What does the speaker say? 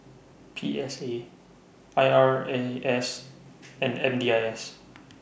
P S A I R A S and M D I S